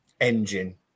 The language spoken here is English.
engine